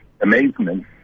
amazement